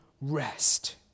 rest